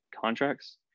contracts